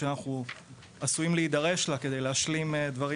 שאנחנו עשויים להידרש לה כדי להשלים דברים